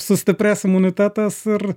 sustiprės imunitetas ir